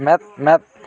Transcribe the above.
ᱢᱮᱫ ᱢᱮᱫ